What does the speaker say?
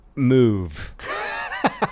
Move